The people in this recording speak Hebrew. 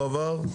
לא עבר.